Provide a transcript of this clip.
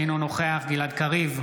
אינו נוכח גלעד קריב,